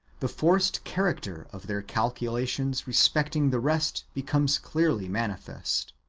the forced character of their calculations respecting the rest becomes clearly manifest.